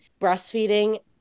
Breastfeeding